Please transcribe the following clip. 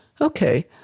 Okay